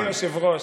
אדוני היושב-ראש,